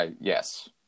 Yes